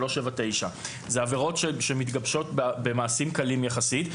379. אלה עבירות שמתגבשות במעשים קלים יחסית.